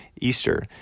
Easter